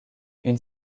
une